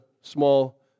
small